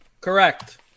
Correct